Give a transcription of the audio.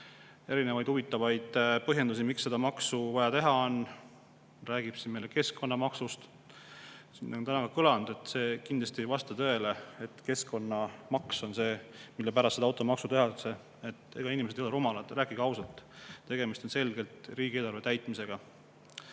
erinevaid huvitavaid põhjendusi, miks seda maksu on vaja teha – rääkis siin meile keskkonnamaksust. Siin on täna kõlanud, et kindlasti ei vasta tõele, et [mure] keskkonna pärast on see, mille pärast seda automaksu tehakse. Ega inimesed ei ole rumalad. Rääkige ausalt, et tegemist on selgelt riigieelarve täitmisega.